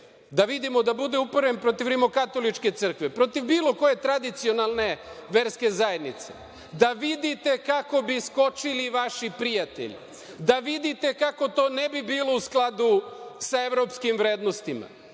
da vidimo da bude uperen protiv Rimokatoličke crkve, protiv bilo koje tradicionalne verske zajednice, da vidite kako bi skočili vaši prijatelji, da vidite kako ne bi bilo u skladu sa evropskim vrednostima. Postoje